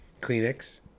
Kleenex